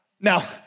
Now